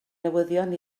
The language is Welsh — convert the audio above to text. newyddion